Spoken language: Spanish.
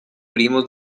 primo